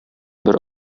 бер